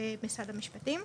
במשרד המשפטים.